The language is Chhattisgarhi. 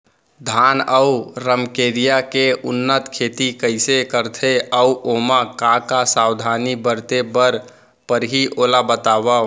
धान अऊ रमकेरिया के उन्नत खेती कइसे करथे अऊ ओमा का का सावधानी बरते बर परहि ओला बतावव?